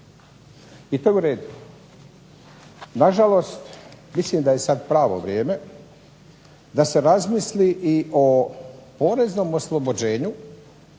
I to je u redu. Na žalost mislim da je sad pravo vrijeme da se razmisli i o poreznom oslobođenju